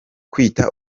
kwita